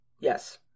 Yes